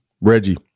reggie